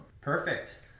Perfect